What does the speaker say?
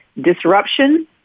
disruption